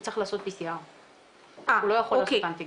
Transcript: הוא צריך לעשות PCR. הוא לא יכול לעשות אנטיגן.